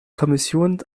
kommission